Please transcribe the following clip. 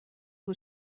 who